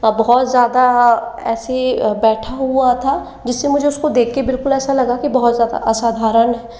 और बहुत ज़्यादा ऐसा बैठा हुआ था जी से मुझे उसको देख के बिल्कुल ऐसा लगा कि बहुत ज़्यादा असधारण